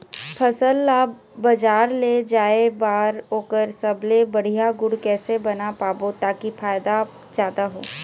फसल ला बजार ले जाए बार ओकर सबले बढ़िया गुण कैसे बना पाबो ताकि फायदा जादा हो?